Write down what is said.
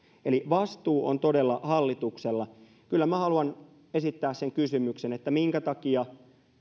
eli vastuu on todella hallituksella kyllä minä haluan esittää kysymyksen minkä takia